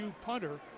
punter